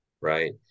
right